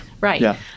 right